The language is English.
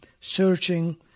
searching